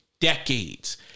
decades